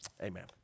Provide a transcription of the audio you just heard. amen